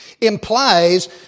implies